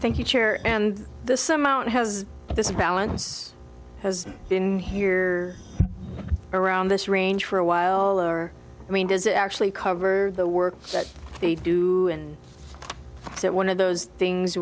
thank you chair and the some out has this balance has been here around this range for a while or i mean does it actually cover the work that they do that one of those things